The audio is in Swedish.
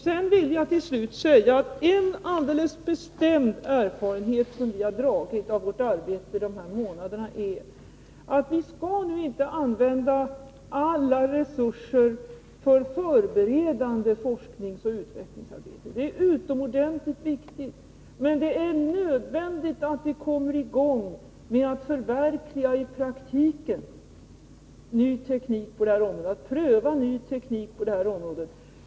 Sedan vill jag till slut säga att en alldeles bestämd erfarenhet som vi gjort av vårt arbete de här månaderna är att vi inte skall använda alla resurser för förberedande forskningsoch utvecklingsarbete. Det är utomordentligt viktigt, men det är nödvändigt att vi kommer i gång med att i praktiken förverkliga och pröva ny teknik på detta område.